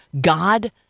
God